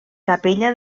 capella